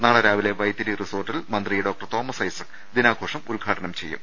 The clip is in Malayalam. നാളെ രാവിലെ വൈത്തിരി റിസോർട്ടിൽ മന്ത്രി ഡോക്ടർ തോമസ് ഐസക് ദിനാഘോഷം ഉദ്ഘാടനം ചെയ്യും